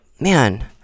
man